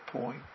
point